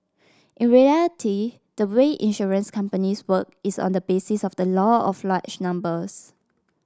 in reality the way insurance companies work is on the basis of the law of large numbers